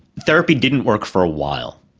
therapy didn't work for a while.